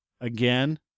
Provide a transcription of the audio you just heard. again